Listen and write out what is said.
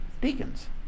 deacons